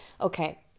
Okay